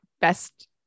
best